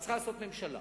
מה צריכה לעשות הממשלה